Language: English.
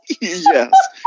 yes